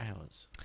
hours